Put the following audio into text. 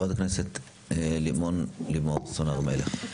חברת הכנסת לימור סון הר מלך.